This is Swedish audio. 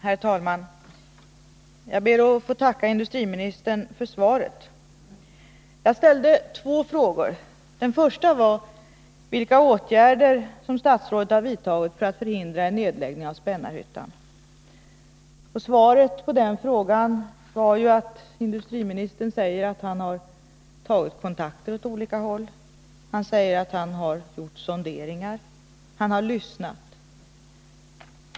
Herr talman! Jag ber att få tacka industriministern för svaret. Jag har ställt två frågor. Den första var vilka åtgärder statsrådet har vidtagit för att förhindra en nedläggning av Spännarhyttan. Svaret på den frågan är att industriministern säger att han tagit kontakter på olika håll. Han säger att han har gjort sonderingar och att han lyssnat.